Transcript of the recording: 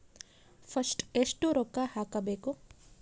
First ಎಷ್ಟು ರೊಕ್ಕ ಹಾಕಬೇಕು?